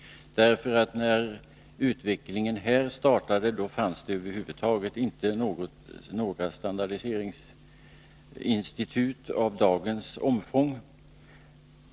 När nämligen utvecklingen startade här fanns det över huvud taget inte några standardiseringsinstitut av dagens omfång.